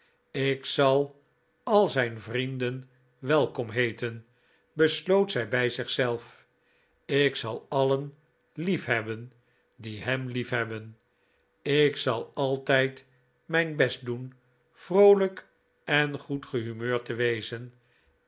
ik zal al zijn vrienden welkom heeten besloot zij bij zichzelf ik zal alien liefhebben die hem liefhebben ik zal altijd mijn best doen vroolijk en goedgehumeurd te wezen